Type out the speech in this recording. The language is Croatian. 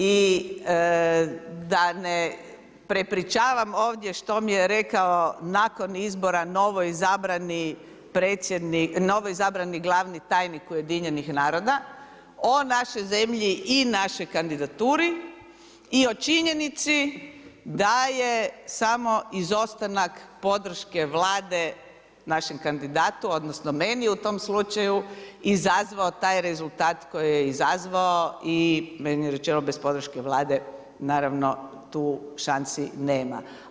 I da ne prepričavam ovdje što mi je rekao nakon izbora novo izabrani glavni tajnik UN-a o našoj zemlji i našoj kandidaturi i o činjenici da je samo izostanak podrške Vlade, našem kandidatu odnosno meni u tom slučaju izazvao taj rezultat koji je izazvao i meni je rečeno bez podrške Vlade naravno tu šansi nema.